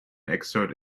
exert